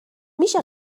میشه